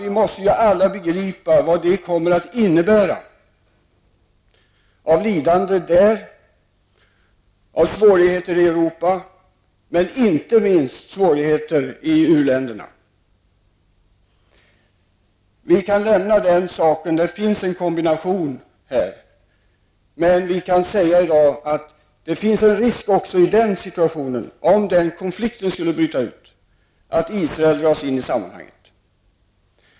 Vi måste ju alla begripa vad den krisen kommer att innebära av lidande och av svårigheter i Europa, men inte minst av svårigheter i u-länderna. Vi kan lämna den frågan, men det finns ett samband här. Om denna konflikt skulle bryta ut finns det i den situationen en risk för att Israel dras in i sammanhanget.